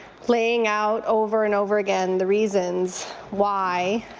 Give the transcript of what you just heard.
laying out over and over again the reasons why